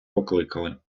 покликали